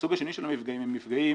הסוג השני של המפגעים, הם מפגעים